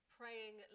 praying